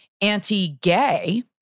anti-gay